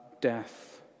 death